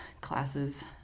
classes